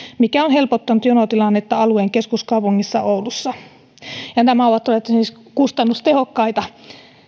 mikä on helpottanut jonotilannetta alueen keskuskaupungissa oulussa nämä ovat olleet siis kustannustehokkaita